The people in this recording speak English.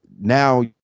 now